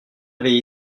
avait